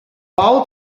all